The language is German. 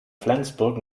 flensburg